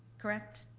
correct?